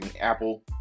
Apple